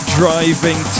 driving